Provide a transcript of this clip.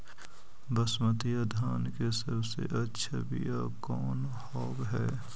बसमतिया धान के सबसे अच्छा बीया कौन हौब हैं?